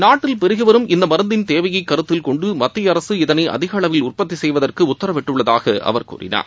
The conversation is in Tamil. நாட்டில் பெருகிவரும் இந்த மருந்தின் தேவையைக் கருத்தில் கொண்டு மத்திய அரசு இதனை அதிக அளவில் உற்பத்தி செய்வதற்கு உத்தரவிட்டுள்ளதாக அவர் கூறினார்